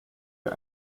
wir